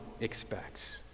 expects